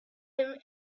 him